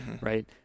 right